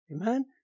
Amen